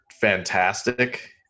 fantastic